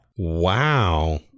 Wow